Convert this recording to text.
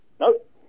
Nope